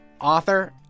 author